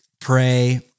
pray